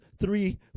three